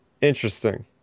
interesting